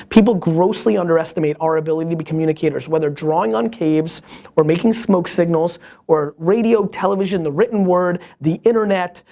people grossly underestimate our ability to be communicators. whether drawing on caves or making smoke signals or radio television, the written word, the internet,